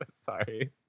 Sorry